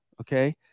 Okay